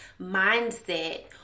mindset